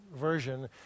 version